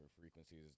frequencies